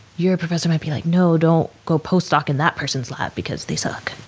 your professor might be like, no don't go post-doc in that person's lab because they suck.